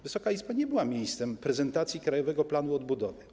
Wysoka Izba nie była miejscem prezentacji Krajowego Planu Odbudowy.